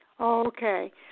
Okay